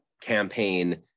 campaign